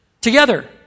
together